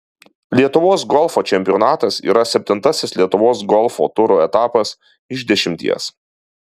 lietuvos golfo čempionatas yra septintasis lietuvos golfo turo etapas iš dešimties